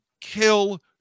kill